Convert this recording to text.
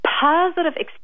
positive